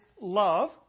love